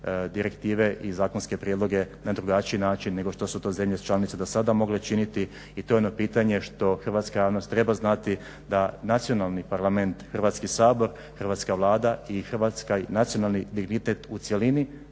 direktive i zakonske prijedloge na drugačiji način nego što su to zemlje članice do sada mogle činiti. I to je ono pitanje što hrvatska javnost treba znati da nacionalni parlament Hrvatski sabor, hrvatska Vlada i hrvatski nacionalni dignitet u cjelini